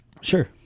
Sure